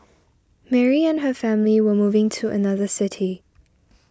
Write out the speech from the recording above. Mary and her family were moving to another city